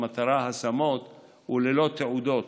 והמטרה היא השמות ולא תעודות,